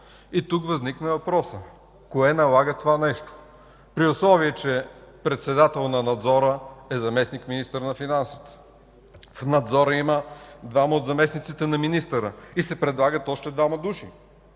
Тук възниква въпросът: кое налага това нещо, при условие че председател на Надзора е заместник-министър на финансите, в Надзора има двама от заместниците на министъра и се предлагат още двама души